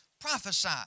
prophesy